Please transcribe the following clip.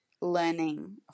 learning